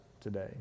today